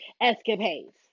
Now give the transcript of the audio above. escapades